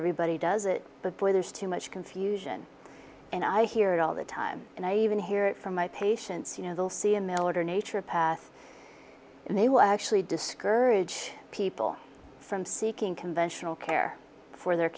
everybody does it but boy there's too much confusion and i hear it all the time and i even hear it from my patients you know they'll see a mail order nature path and they will actually discourage people from seeking conventional care for their